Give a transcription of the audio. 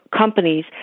companies